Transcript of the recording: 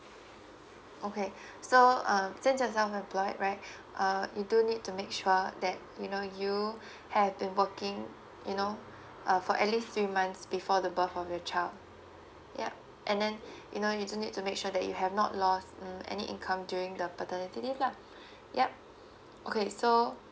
okay so uh since you're self employed right uh you do need to make sure that you know you have been working you know uh for at least three months before the birth of your child yeah and then you know you do need to make sure that you have not lost mm any income during the paternity leave lah yup okay so